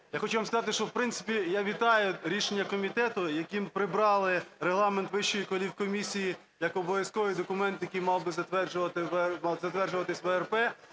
Я хочу вам сказати, що, в принципі, я вітаю рішення комітету, яким прибрали регламент Вищої кваліфкомісії як обов'язковий документ, який мав би затверджуватись ВРП,